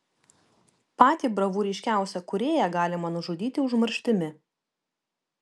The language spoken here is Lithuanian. patį bravūriškiausią kūrėją galima nužudyti užmarštimi